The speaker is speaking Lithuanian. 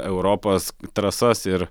europos trasas ir